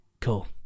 cool